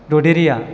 द'देरेआ